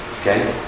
Okay